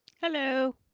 Hello